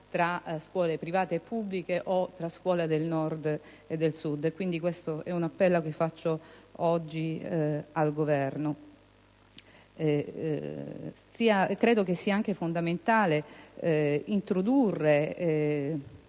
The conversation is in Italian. tra scuole private e pubbliche o tra scuole del Nord o del Sud. Questo è l'appello che rivolgo oggi al Governo. Credo che sia anche fondamentale introdurre